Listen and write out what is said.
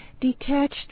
detached